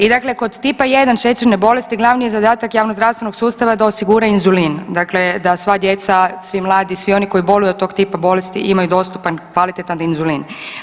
I dakle kod Tipa 1 šećerne bolesti glavni je zadatak javnozdravstvenog sustava da osigura inzulin, dakle da sva djeca, svi mladi, svi oni koji boluju od tog tipa bolesti imaju dostupan kvalitetan inzulin.